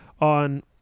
on